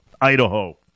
Idaho